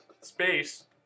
Space